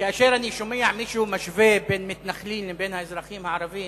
כאשר אני שומע מישהו משווה בין מתנחלים לבין האזרחים הערבים,